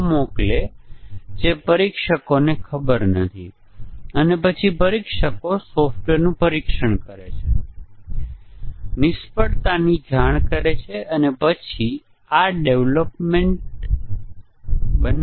big bang integration testing જ્યાં integration માત્ર એક જ પગલામાં કરવામાં આવે છે તે ફક્ત ખૂબ જ નજીવા પ્રોગ્રામ રમકડા પ્રોગ્રામ પર લાગુ પડે છે જ્યાં આપણી પાસે ફક્ત બે કે ત્રણ મોડ્યુલ સરળ મોડ્યુલો છે